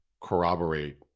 corroborate